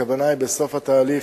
הכוונה היא, בסוף התהליך,